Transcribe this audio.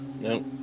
No